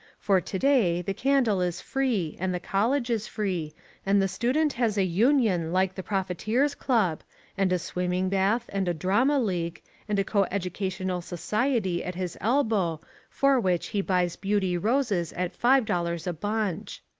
for to-day the candle is free and the college is free and the student has a union like the profiteer's club and a swimming-bath and a drama league and a coeducational society at his elbow for which he buys beauty roses at five dollars a bunch.